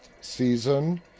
season